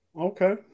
Okay